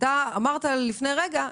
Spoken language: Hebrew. אתה אמרת לפני רגע,